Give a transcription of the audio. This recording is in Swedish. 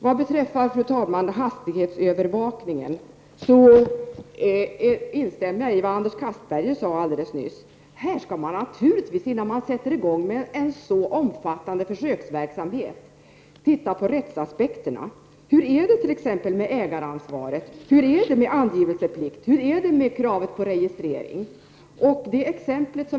Vad beträffar hastighetsövervakningen instämmer jag i vad Anders Castberger sade här alldeles nyss. Innan man sätter i gång en så omfattande försöksverksamhet måste man naturligtvis titta på rättsaspekterna. Hur är det med t.ex. ägaransvaret? Hur är det med angivelseplikten? Hur är det med kravet på registrering?